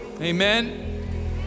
Amen